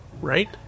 right